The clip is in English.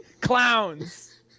clowns